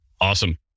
Awesome